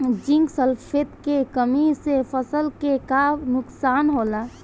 Zinc sulphate के कमी से फसल के का नुकसान होला?